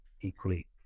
equally